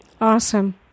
Awesome